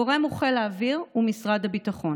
הגורם הוא חיל האוויר ומשרד הביטחון.